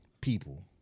people